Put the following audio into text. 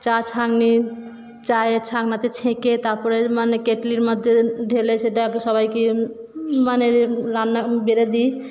চা ছাঁকনি চায়ের ছাঁকনাতে ছেঁকে তারপরে মানে কেটলির মধ্যে ঢেলে সেটা সবাইকে মানে রান্না বেড়ে দিই